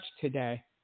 today